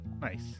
nice